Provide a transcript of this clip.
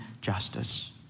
justice